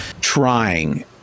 trying